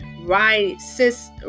rice